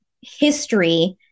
history